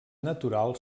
natural